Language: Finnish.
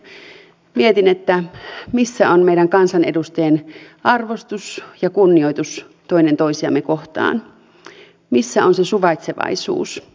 mietin missä on meidän kansanedustajien arvostus ja kunnioitus toinen toisiamme kohtaan missä on se suvaitsevaisuus